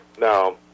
Now